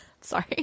Sorry